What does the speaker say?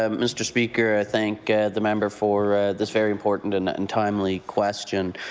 um mr. speaker. i thank the member for this very important and and timely question.